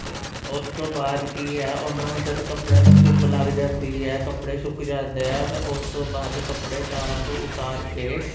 ਅਤੇ ਉਸ ਤੋਂ ਬਾਅਦ ਕੀ ਹੈ ਉਹਨੂੰ ਜਦ ਕੱਪੜਿਆਂ ਨੂੰ ਧੁੱਪ ਲੱਗ ਜਾਂਦੀ ਹੈ ਕੱਪੜੇ ਸੁੱਕ ਜਾਂਦੇ ਆ ਫਿਰ ਉਸ ਤੋਂ ਬਾਅਦ ਕੱਪੜੇ ਤਾਰ ਤੋਂ ਉਤਾਰ ਕੇ